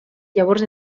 llavors